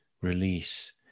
release